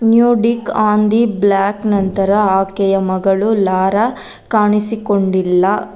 new kid on the block ನಂತರ ಆಕೆಯ ಮಗಳು ಲಾರಾ ಕಾಣಿಸಿಕೊಂಡಿಲ್ಲ